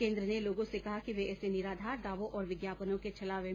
केंद्र ने लोगों से कहा कि वे ऐसे निराधार दावों और विज्ञापनों के छलावे में न आएं